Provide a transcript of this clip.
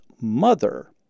mother